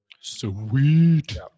Sweet